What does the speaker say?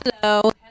Hello